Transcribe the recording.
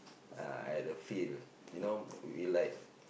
uh at a field you know we like